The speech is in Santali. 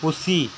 ᱯᱩᱥᱤ